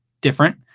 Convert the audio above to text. different